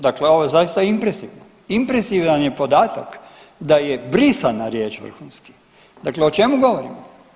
Dakle, ovo je zaista impresivno, impresivan je podatak da je brisana riječ „vrhunski“, dakle o čemu govorimo?